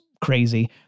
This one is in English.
crazy